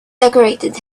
decorated